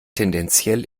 tendenziell